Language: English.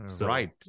Right